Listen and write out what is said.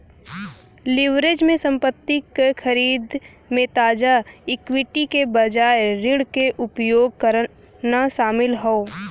leverage में संपत्ति क खरीद में ताजा इक्विटी के बजाय ऋण क उपयोग करना शामिल हौ